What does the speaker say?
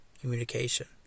communication